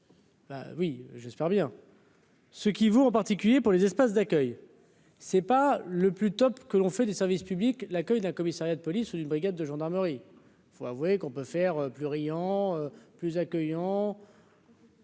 oui j'espère bien. Ce qui vaut en particulier pour les espaces d'accueil, c'est pas le plus top, que l'on fait des services publics, l'accueil d'un commissariat de police. Une brigade de gendarmerie, faut avouer qu'on peut faire plus riant plus accueillants.